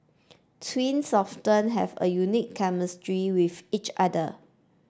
twins often have a unique chemistry with each other